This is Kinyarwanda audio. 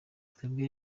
twebwe